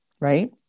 Right